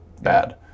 bad